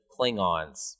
Klingons